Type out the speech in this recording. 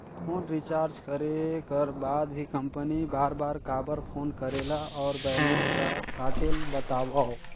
Phone recharge करे कर बाद भी कंपनी बार बार काबर फोन करेला और बैलेंस ल काटेल बतावव?